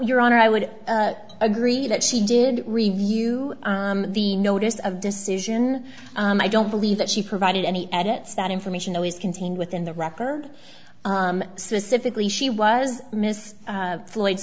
your honor i would agree that she did review the notice of decision and i don't believe that she provided any edits that information that was contained within the record specific lee she was missed flight